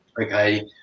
okay